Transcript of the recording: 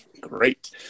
Great